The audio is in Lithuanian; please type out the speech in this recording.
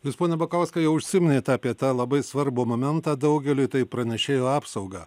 jūs pone bukauskai jau užsiminėt apie tą labai svarbų momentą daugeliui tai pranešėjo apsaugą